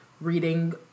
reading